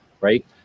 right